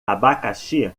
abacaxi